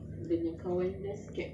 hmm